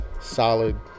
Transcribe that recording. solid